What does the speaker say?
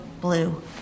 blue